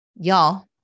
y'all